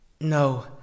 No